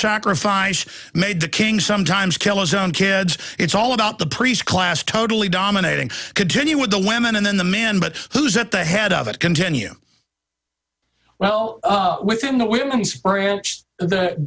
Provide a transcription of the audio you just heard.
refined made the king sometimes kill his own kids it's all about the priest class totally dominating continue with the women and then the man but who's at the head of it continue well within the women's branch th